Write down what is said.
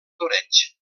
toreig